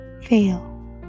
fail